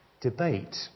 debate